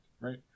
right